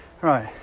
Right